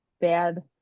bad